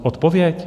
Odpověď?